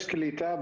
יש קליטה.